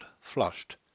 flushed